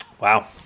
Wow